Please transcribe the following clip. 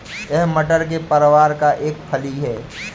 यह मटर के परिवार का एक फली है